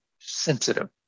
sensitive